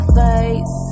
face